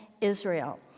Israel